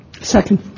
Second